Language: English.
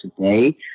today